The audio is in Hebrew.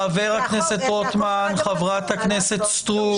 חבר הכנסת רוטמן, חברת הכנסת סטרוק.